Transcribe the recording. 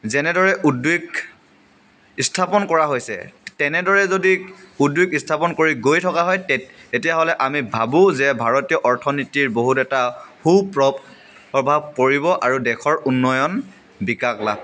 যেনেদৰে উদ্যোগ স্থাপন কৰা হৈছে তেনেদৰে যদি উদ্যোগ স্থাপন কৰি গৈ থকা হয় তে তেতিয়াহ'লে আমি ভাবোঁ যে ভাৰতীয় অৰ্থনীতিৰ বহুত এটা সু প্ৰ প্ৰভাৱ পৰিব আৰু দেশৰ উন্নয়ন বিকাশ লাভ